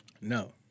No